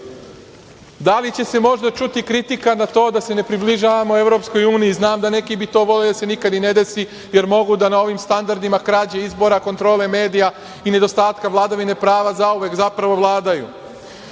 li će se možda čuti kritika na to da se ne približavamo EU? Znam da bi neki voleli da se to nikad i ne desi, jer mogu da na ovim standardima krađe izbora, kontrole medija i nedostatka vladavine prava zauvek zapravo vladaju? Da